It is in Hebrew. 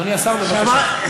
אדוני השר, בבקשה.